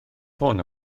ffôn